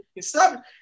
Stop